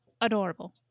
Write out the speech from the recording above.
Adorable